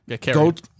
goat